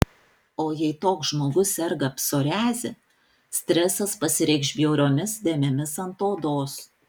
o jei toks žmogus serga psoriaze stresas pasireikš bjauriomis dėmėmis ant odos